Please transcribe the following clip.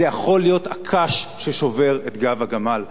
זה יכול להיות הקש ששובר את גב הגמל.